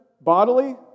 bodily